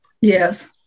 yes